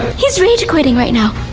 he's rage quitting right now.